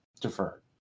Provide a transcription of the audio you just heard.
defer